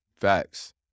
Facts